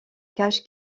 cache